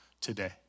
today